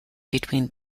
between